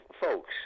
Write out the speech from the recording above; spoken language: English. folks